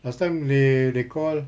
last time they they call